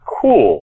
cool